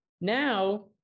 Now